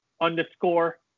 underscore